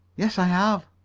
yes, i have.